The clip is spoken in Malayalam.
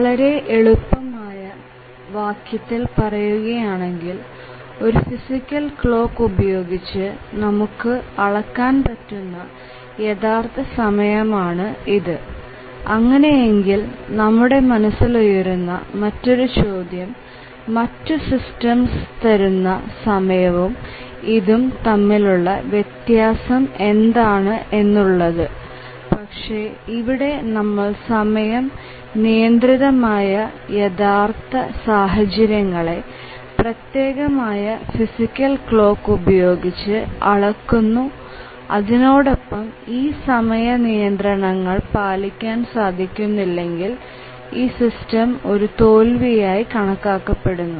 വളരെ എളുപ്പമായ വാക്യത്തിൽ പറയുകയാണെങ്കിൽ ഒരു ഫിസിക്കൽ ക്ലോക്ക് ഉപയോഗിച്ച് നമുക്ക് അളക്കാൻ പറ്റുന്ന യഥാർത്ഥ സമയമാണ് ഇത് അങ്ങനെയെങ്കിൽ നമ്മുടെ മനസ്സിൽ ഉയരുന്ന മറ്റൊരു ചോദ്യം മറ്റു സിസ്റ്റംസ് തരുന്ന സമയവും ഇതും തമ്മിലുള്ള വ്യത്യാസം എന്താണ് എന്നുള്ളത് പക്ഷേ ഇവിടെ നമ്മൾ സമയം നിയന്ത്രിതമായ യഥാർത്ഥ സാഹചര്യങ്ങളെ പ്രത്യേകമായ ഫിസിക്കൽ ക്ലോക്ക് ഉപയോഗിച്ച് അളക്കുന്നു അതിനോടൊപം ഈ സമയ നിയന്ത്രണങ്ങൾ പാലിക്കാൻ സാധിക്കുന്നില്ലെങ്കിൽ ഈ സിസ്റ്റം ഒരു തോൽവിയായി കണക്കാക്കപ്പെടുന്നു